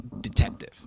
detective